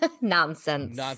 Nonsense